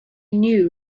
knew